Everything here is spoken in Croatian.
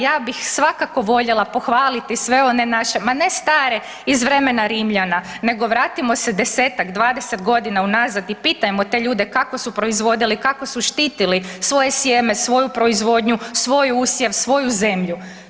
Ja bih svakako voljela pohvaliti sve one naše ma ne stare iz vremena Rimljana nego vratimo se desetak, 20 godina unazad i pitajmo te ljude kako su proizvodili, kako su štitili svoje sjeme, svoje proizvodnju, svoj usjev, svoju zemlju.